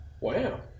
wow